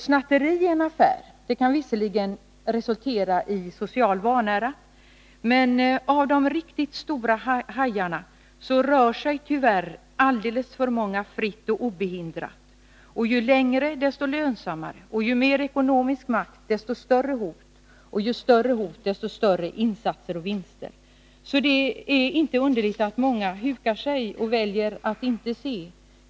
Snatteri i en affär kan visserligen resultera i social vanära, men när det gäller de riktigt stora hajarna är det inte fråga om sådant, och alldeles för många av dem kan tyvärr fritt och obehindrat fortsätta med sin verksamhet. Ju längre de kan göra det, desto lönsammare är det för dem. Ju mer ekonomisk makt de får, desto större blir hotet. Och ju större hot, desto större insatser och vinster. Det är alltså inte underligt att många människor hukar sig och väljer att inte se.